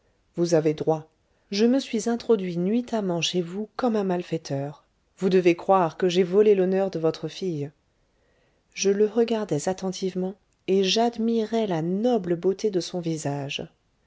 vous avez droit je me suis introduit nuitamment chez vous comme un malfaiteur vous devez croire que j'ai volé l'honneur de votre fille je le regardais attentivement et j'admirais la noble beauté de son visage